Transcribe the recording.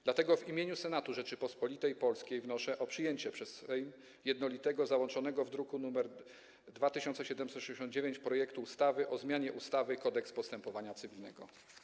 Dlatego w imieniu Senatu Rzeczypospolitej Polskiej wnoszę o przyjęcie przez Sejm jednolitego, załączonego w druku nr 2769 projektu ustawy o zmianie ustawy Kodeks postępowania cywilnego.